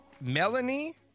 Melanie